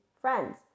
friends